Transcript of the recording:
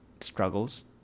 struggles